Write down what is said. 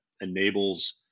enables